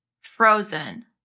Frozen